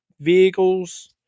vehicles